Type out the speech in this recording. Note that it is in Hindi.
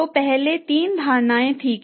फिर क्या अंतर है